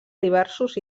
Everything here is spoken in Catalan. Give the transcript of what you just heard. diversos